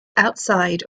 outside